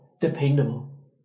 dependable